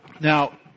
Now